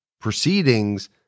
proceedings